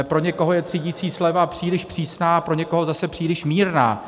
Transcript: Pro někoho je třídicí sleva příliš přísná, pro někoho zase příliš mírná.